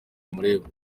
bimureba